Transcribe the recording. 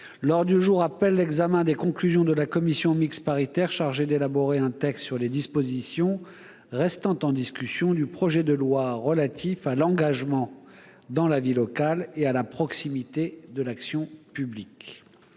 L'ordre du jour appelle l'examen des conclusions de la commission mixte paritaire chargée d'élaborer un texte sur les dispositions restant en discussion du projet de loi relatif à l'engagement dans la vie locale et à la proximité de l'action publique